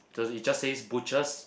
the it just says butchers